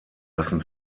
lassen